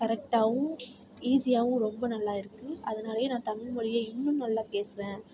கரெக்டாகவும் ஈஸியாகவும் ரொம்ப நல்லா இருக்கும் அதனாலேயே நான் தமிழ் மொழியை இன்னும் நல்லா பேசுவேன்